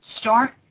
Start